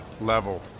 level